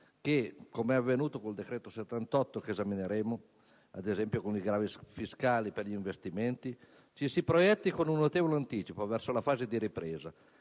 che, come è avvenuto con il decreto-legge n. 78 che esamineremo (ad esempio, con gli sgravi fiscali per gli investimenti), ci si proietti con notevole anticipo verso la fase della ripresa,